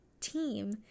team